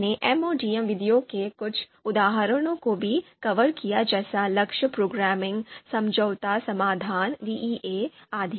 हमने MODM विधियों के कुछ उदाहरणों को भी कवर किया जैसे लक्ष्य प्रोग्रामिंग समझौता समाधान DEA आदि